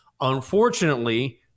unfortunately